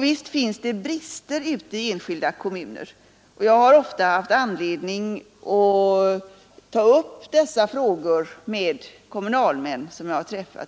Visst finns det brister ute i enskilda kommuner. Jag har ofta haft anledning att ta upp dessa frågor med kommunalmän som jag har träffat.